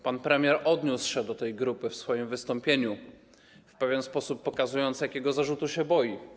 Pan premier odniósł się do tej grupy w swoim wystąpieniu, w pewien sposób pokazując, jakiego zarzutu się boi.